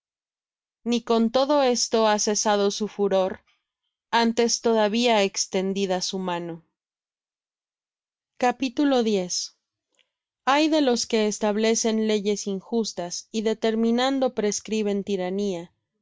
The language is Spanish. ni con todo esto ha cesado su furor antes todavía extendida su mano ay de los que establecen leyes injustas y determinando prescriben tiranía por